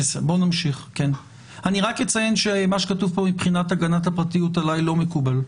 אני רק אציין שמה שכתוב פה מבחינת הגנת הפרטיות עליי לא מקובל.